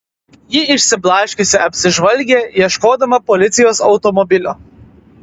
ji išsiblaškiusi apsižvalgė ieškodama policijos automobilio